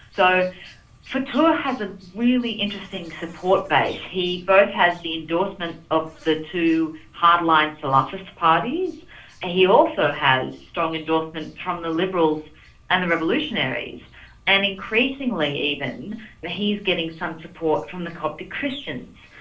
so fotouh has a really interesting support base. he both has the endorsement of the two hardline salafist parties and he also has strong endorsement from the liberals and the revolutionaries and increasingly even he's getting some support from the coptic christians.